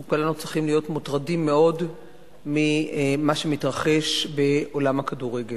אנחנו כנראה צריכים להיות מוטרדים מאוד ממה שמתרחש בעולם הכדורגל.